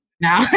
now